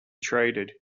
traded